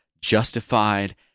justified